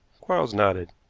quarles nodded.